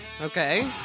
Okay